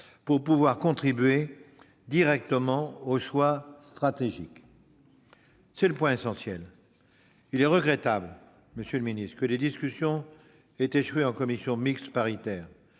pouvoir contribuer directement aux choix stratégiques : c'est le point essentiel ! Il est regrettable que les discussions aient échoué en commission mixte paritaire